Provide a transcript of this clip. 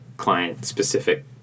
client-specific